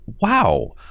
wow